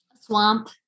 Swamp